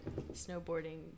snowboarding